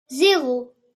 zéro